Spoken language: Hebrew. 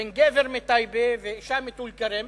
בין גבר מטייבה לאשה מטול-כרם